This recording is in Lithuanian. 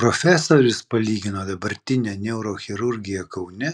profesorius palygino dabartinę neurochirurgiją kaune